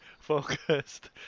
focused